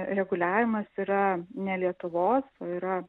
reguliavimas yra ne lietuvos o yra